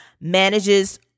manages